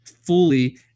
fully